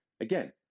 again